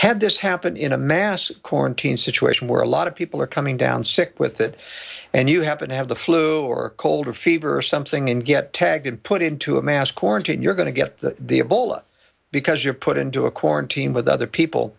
had this happened in a mass cornered situation where a lot of people are coming down sick with it and you happen to have the flu or a cold or fever or something and get tagged and put into a mass quarantine you're going to get the the ebola because you're put into a quarantine with other people